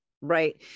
Right